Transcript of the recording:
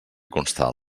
constar